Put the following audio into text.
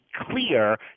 clear